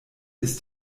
ist